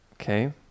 okay